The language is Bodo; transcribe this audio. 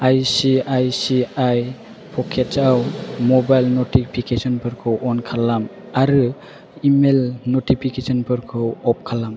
आइसिआइसिआइ पकेटआव मबाइल नटिफिकेसनफोरखौ अन खालाम आरो इमेल नटिफिकेसनफोरखौ अफ खालाम